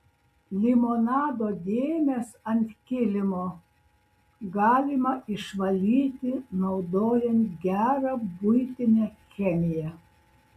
limonado dėmes ant kilimo galima išvalyti naudojant gerą buitinę chemiją